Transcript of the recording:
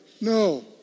No